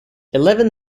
eleven